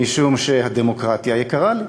משום שהדמוקרטיה יקרה לי,